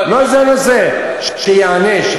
שייענש.